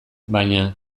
baina